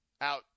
out